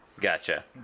Gotcha